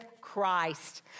Christ